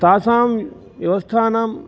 तासां व्यवस्थानाम्